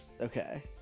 Okay